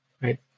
right